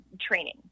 training